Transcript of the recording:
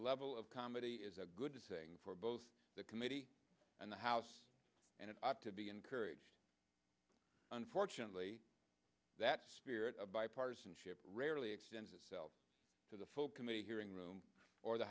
level of comedy is a good dissing for both the committee and the house and it ought to be encouraged unfortunately that spirit of bipartisanship rarely extends itself to the full committee hearing room or the